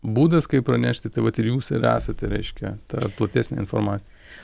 būdas kaip pranešti tai vat ir jūs ir esate reiškia ta platesnė informacija